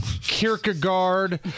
Kierkegaard